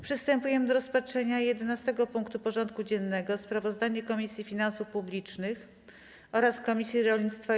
Przystępujemy do rozpatrzenia punktu 11. porządku dziennego: Sprawozdanie Komisji Finansów Publicznych oraz Komisji Rolnictwa i